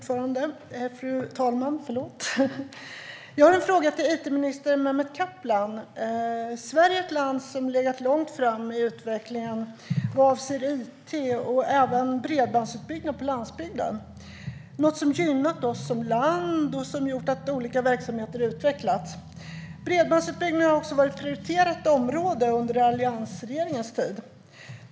Fru talman! Jag har en fråga till it-minister Mehmet Kaplan. Sverige är ett land som har legat långt fram i utvecklingen vad avser it, och det gäller även bredbandsutbyggnad på landsbygden. Det är något som har gynnat oss som land och gjort att olika verksamheter har utvecklats. Bredbandsutbyggnad var också ett prioriterat område under alliansregeringens tid.